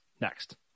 next